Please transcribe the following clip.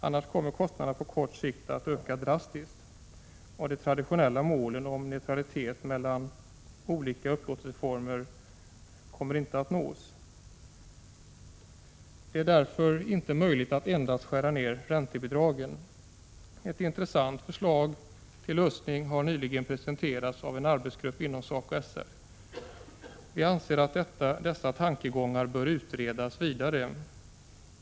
Annars kommer kostnaderna på kort sikt att öka drastiskt, och de traditionella målen om neutralitet mellan olika upplåtelseformer kommer inte att uppnås. Det är därför inte möjligt att endast skära ned räntebidragen. Ett intressant förslag till lösning har nyligen presenteras av en arbetsgrupp inom SACO/SR. Vi anser att dessa tankegångar bör utredas vidare.